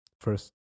first